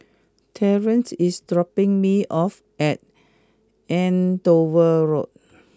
Terrence is dropping me off at Andover Road